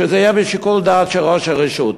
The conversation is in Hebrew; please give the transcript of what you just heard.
שזה יהיה בשיקול דעת של ראש הרשות.